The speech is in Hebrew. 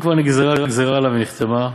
אם כבר נגזרה גזירה עליו ונחתמה,